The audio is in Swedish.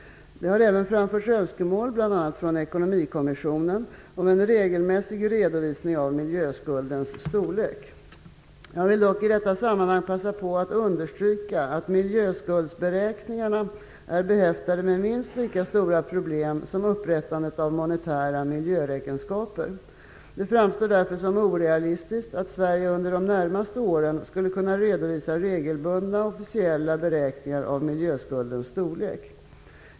Det har även framförts önskemål, bl.a. från Ekonomikommissionen, om en regelmässig redovisning av miljöskuldens storlek. Jag vill dock i detta sammanhang passa på att understryka att miljöskuldsberäkningarna är behäftade med minst lika stora problem som upprättandet av monetära miljöräkenskaper. Det framstår därför som orealistiskt att Sverige under de närmaste åren skulle kunna redovisa regelbundna, officiella beräkningar av miljöskuldens storlek.